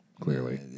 clearly